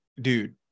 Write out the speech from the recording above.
dude